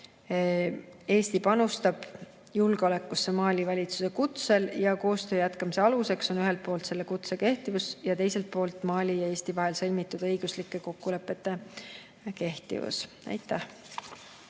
Eesti panustab julgeolekusse Mali valitsuse kutsel ning koostöö jätkamise aluseks on ühelt poolt kutse kehtivus ja teiselt poolt Mali ja Eesti vahel sõlmitud õiguslike kokkulepete kehtivus. Aitäh!